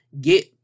get